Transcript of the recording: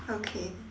okay